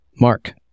Mark